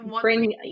bring